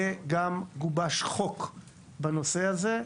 וגם גובש חוק בנושא הזה,